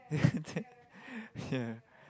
that yeah